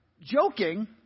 joking